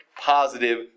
positive